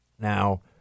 now